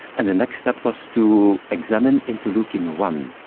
and the next step was to examine interleukin one.